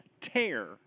tear